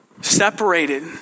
separated